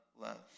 love